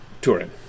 Turin